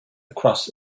across